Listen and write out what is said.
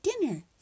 dinner